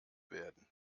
werden